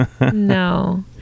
No